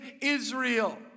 Israel